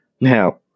Now